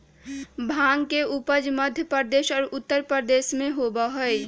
भांग के उपज मध्य प्रदेश और उत्तर प्रदेश में होबा हई